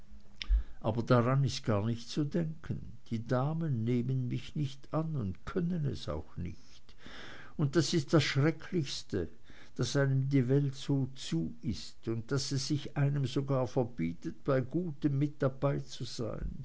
aber daran ist gar nicht zu denken die damen nehmen mich nicht an und können es auch nicht und das ist das schrecklichste daß einem die welt so zu ist und daß es sich einem sogar verbietet bei gutem mit